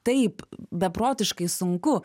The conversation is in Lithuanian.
taip beprotiškai sunku